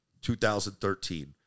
2013